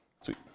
Sweet